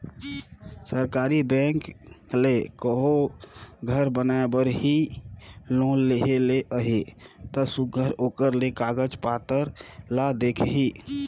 सरकारी बेंक ले कहों घर बनाए बर ही लोन लेहे ले अहे ता सुग्घर ओकर ले कागज पाथर ल देखही